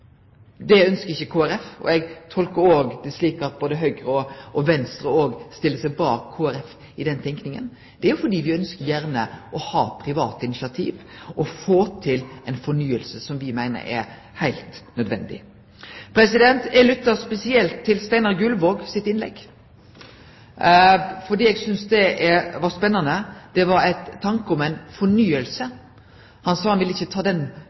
slik at både Høgre og Venstre stiller seg bak Kristeleg Folkeparti i den tenkinga – dette fordi me ønskjer å ha private initiativ og få til ei fornying som me meiner er heilt nødvendig. Eg lytta spesielt til Steinar Gullvåg sitt innlegg, og eg synest det var spennande. Det var ein tanke om ei fornying. Han sa at han ikkje ville ta